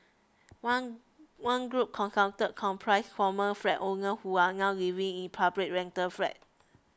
one one group consulted comprised former flat owners who are now living in public rental flats